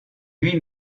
lui